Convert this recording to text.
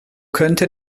könnte